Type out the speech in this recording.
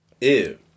Ew